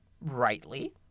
rightly